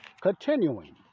Continuing